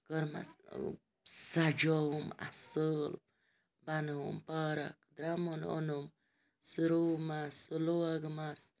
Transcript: کٔرمَس سَجووُم اَصٕل بَنٲوٕم پارک درٛمُن اوٚنُم سُہ رُومَس سُہ لوگمَس